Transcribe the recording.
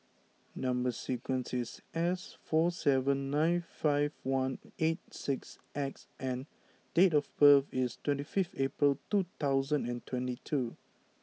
number sequence is S four seven nine five one eight six X and date of birth is twenty five April two thousand and twenty two